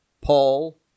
Paul